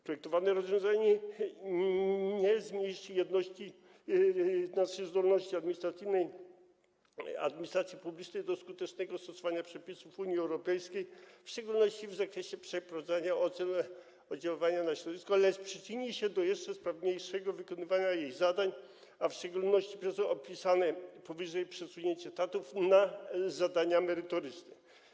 Projektowane rozwiązanie nie zmniejszy zdolności administracji publicznej do skutecznego stosowania przepisów Unii Europejskiej, w szczególności w zakresie przeprowadzania ocen oddziaływania na środowisko, ale przyczyni się do jeszcze sprawniejszego wykonywania jej zadań, a w szczególności przez opisane powyżej przesunięcie etatów na zadania merytoryczne.